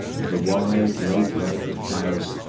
of the wide late life of paris,